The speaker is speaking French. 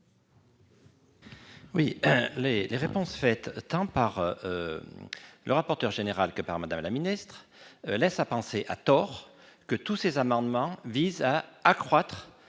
Oui les les réponses faites tant par le rapporteur général que par Madame la Ministre, laissent à penser, à tort, que tous ces amendements visent à accroître